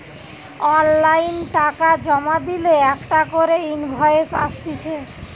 online টাকা জমা দিলে একটা করে ইনভয়েস আসতিছে